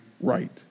right